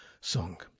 song